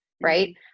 right